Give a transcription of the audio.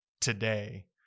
today